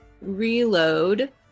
reload